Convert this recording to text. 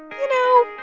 you know,